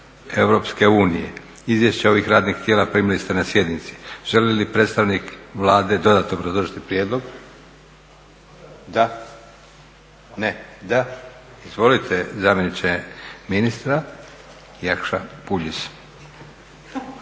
i fondove EU. Izvješća ovih radnih tijela primili ste na sjednici. Želi li predstavnik Vlade dodatno obrazložiti prijedlog? Da. Izvolite zamjeniče ministra, Jakša Puljiz.